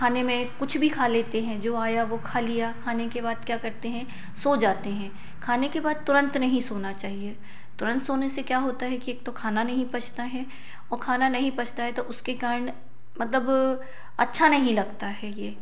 खाने में कुछ भी खा लेते हैं जो आया वो खा लिया खाने के बाद क्या करते हैं सो जाते हैं खाने के बाद तुरंत नहीं सोना चाहिए तुरंत सोने से क्या होता है कि एक तो खाना नहीं पचता है और खाना नहीं पचता है तो उसके कारण मतलब अच्छा नहीं लगता है ये